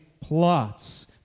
plots